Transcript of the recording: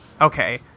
okay